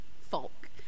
folk